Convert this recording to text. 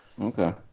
Okay